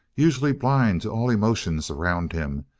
usually blind to all emotions around him,